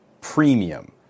premium